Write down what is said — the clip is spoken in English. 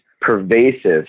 pervasive